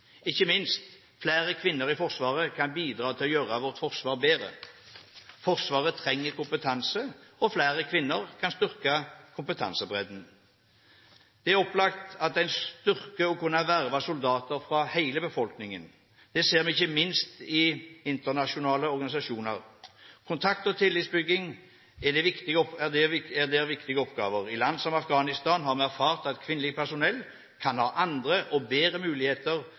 ikke minst: Flere kvinner i Forsvaret kan bidra til å gjøre vårt forsvar bedre. Forsvaret trenger kompetanse, og flere kvinner kan styrke kompetansebredden. Det er opplagt at det er en styrke å kunne verve soldater fra hele befolkningen. Det ser vi ikke minst i internasjonale operasjoner. Kontakt og tillitsbygging er der viktige oppgaver. I land som Afghanistan har vi erfart at kvinnelige personell kan ha andre – og bedre – muligheter